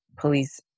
police